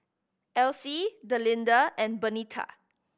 Alcie Delinda and Bernita